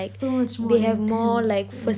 so much more intense and